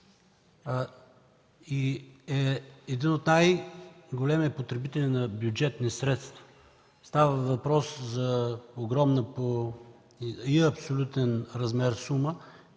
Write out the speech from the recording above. един от най-големите потребители на бюджетни средства. Става въпрос за огромна по размер сума